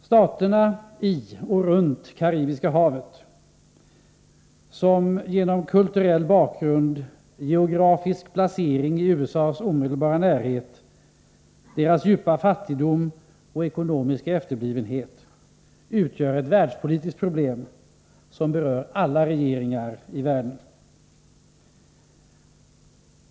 Staterna i och runt Karibiska havet utgör genom sin kulturella bakgrund, sitt geografiska läge i USA:s omedelbara närhet och sin djupa fattigdom och ekonomiska efterblivenhet ett världspolitiskt problem som berör alla regeringar i världen.